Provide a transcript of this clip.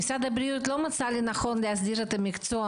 משרד הבריאות לא מצא לנכון להסדיר את מקצוע